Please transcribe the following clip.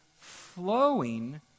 flowing